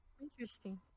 Interesting